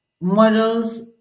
models